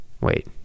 wait